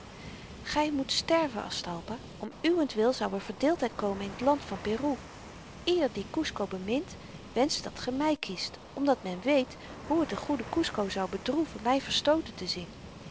gy moet sterven aztalpa om uwentwil zou er verdeeldheid komen in t land van peru ieder die kusco bemint wenscht dat ge my kiest omdat men weet hoe t den goeden kusco zou bedroeven my verstooten te zien